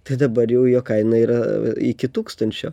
tai dabar jau jo kaina yra iki tūkstančio